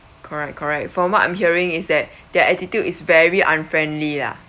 correct correct from what I'm hearing is that their attitude is very unfriendly lah